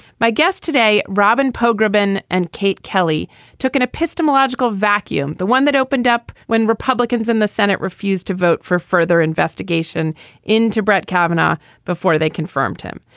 my guest today robin poe gribbin and kate kelly took an epistemological vacuum the one that opened up when republicans in the senate refused to vote for further investigation into brett kavanaugh before they confirmed him.